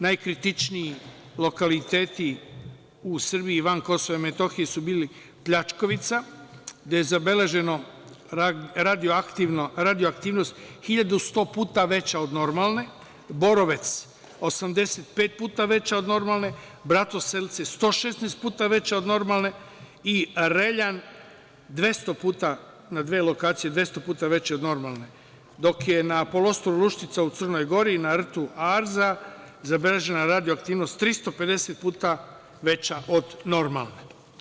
Najkritičniji lokaliteti u Srbiji van Kosova i Metohije su bili Pljačkovica, gde je zabeležena radioaktivnost 1.100 puta veća od normalne, Borovec – 85 puta veća od normalne, Bratoselce – 116 puta veća od normalne i Reljan – na dve lokacije 200 puta veća od normalne, dok je na poluostrvu Lušnica u Crnoj Gori i na rtu Arza zabeležena radioaktivnost 350 puta veća od normalne.